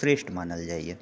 श्रेष्ठ मानल जाइए